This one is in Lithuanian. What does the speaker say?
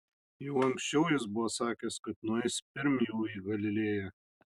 jau anksčiau jis buvo sakęs kad nueis pirm jų į galilėją